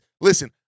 listen